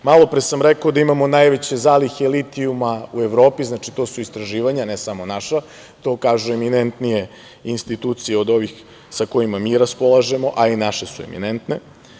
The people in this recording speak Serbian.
Malopre sam rekao da imamo najveće zalihe litijuma u Evropi, znači to su istraživanja, ne samo naša, to kažu eminentnije institucije od ovih sa kojima mi raspolažemo, a i naše su eminentne.